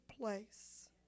place